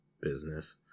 business